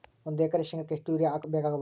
ಒಂದು ಎಕರೆ ಶೆಂಗಕ್ಕೆ ಎಷ್ಟು ಯೂರಿಯಾ ಬೇಕಾಗಬಹುದು?